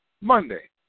Monday